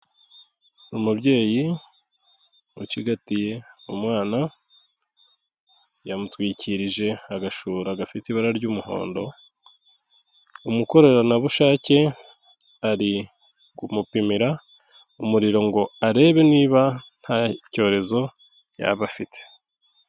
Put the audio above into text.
Umubyeyi ucigatiye umwana yamutwikirije agashura gafite ibara ry'umuhondo, umukoreranabushake ari kumupimira umuriro ngo arebe niba nta cyorezo yaba afite.